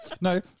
No